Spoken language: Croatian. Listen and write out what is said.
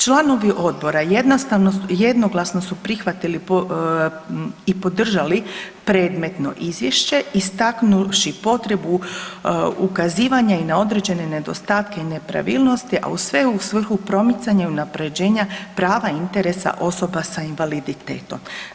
Članovi odbora jednostavno su, jednoglasno su prihvatili i podržali predmetno izvješće istaknuvši potrebu ukazivanja i na određene nedostatke i nepravilnosti, a sve u svrhu promicanja i unapređenja prava i interesa osoba sa invaliditetom.